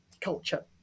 culture